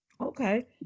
Okay